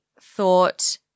thought